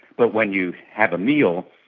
but when you have a meal,